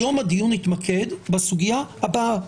היום הדיון יתמקד בסוגיה הבאה.